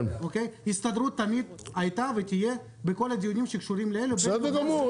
ההסתדרות תמיד היתה ותהיה בכל הדיונים שקשורים --- בסדר גמור,